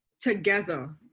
together